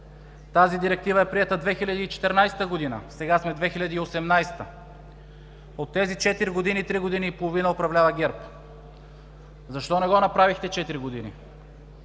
Тази Директива е приета 2014 г. – сега сме 2018 г. От тези четири години, три години и половина управлява ГЕРБ. Защо не го направихте четири години?